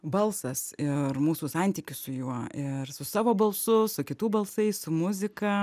balsas ir mūsų santykis su juo ir su savo balsu su kitų balsais su muzika